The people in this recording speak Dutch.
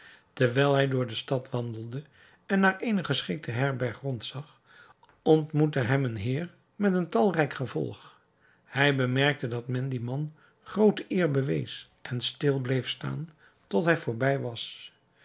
terwijl hij door de stad wandelde en naar eene geschikte herberg rond zag ontmoette hem een heer niet een talrijk gevolg hij bemerkte dat men dien man groote eer bewees en stil bleef staan tot hij voorbij was